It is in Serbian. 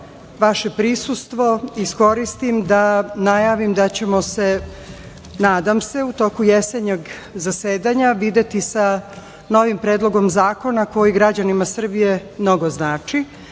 vaše prisustvo iskoristim da najavim da ćemo se, nadam se, u toku jesenjeg zasedanja videti sa novim Predlogom zakona, koji građanima Srbije mnogo znači,